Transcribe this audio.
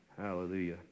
Hallelujah